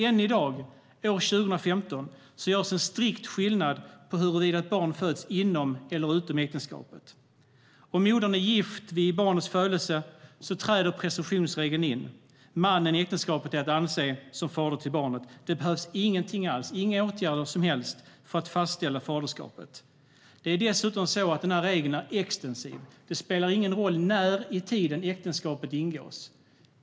Än i dag, år 2015, görs en strikt skillnad på huruvida ett barn föds inom eller utom äktenskapet. Om modern är gift vid barnets födelse träder presumtionsregeln in. Mannen i äktenskapet är att anse som fader till barnet. Det behövs inga åtgärder alls för att fastställa faderskapet. Denna regel är dessutom extensiv. Det spelar ingen roll när i tiden äktenskapet ingås.